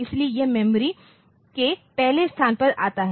इसलिए यह मेमोरी के पहले स्थान पर आता है